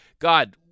God